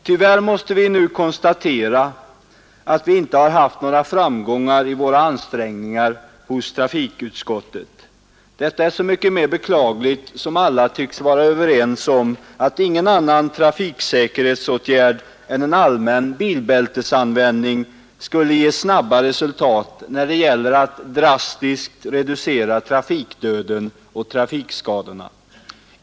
Tyvärr måste vi nu konstatera att vi inte haft några framgångar hos trafikutskottet i våra ansträngningar. Detta är så mycket mer beklagligt som alla tycks vara överens om att ingen annan trafiksäkerhetsåtgärd än en allmän bilbältesanvändning skulle ge snabba resultat när det gäller att drastiskt reducera trafikdöden och trafikskadorna.